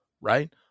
right